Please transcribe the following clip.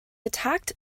attacked